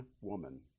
woman